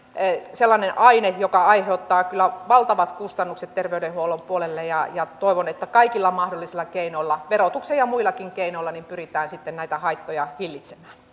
sellainen aine joka aiheuttaa valtavat kustannukset terveydenhuollon puolelle ja ja toivon että kaikilla mahdollisilla keinoilla verotuksen ja muillakin keinoilla pyritään sitten näitä haittoja hillitsemään